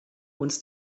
uns